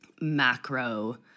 macro